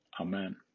Amen